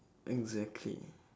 exactly